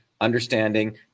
understanding